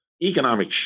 economic